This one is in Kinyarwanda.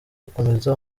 gukomeza